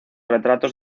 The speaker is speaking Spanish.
retratos